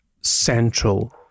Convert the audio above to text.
central